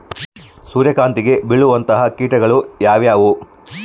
ಸೂರ್ಯಕಾಂತಿಗೆ ಬೇಳುವಂತಹ ಕೇಟಗಳು ಯಾವ್ಯಾವು?